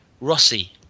Rossi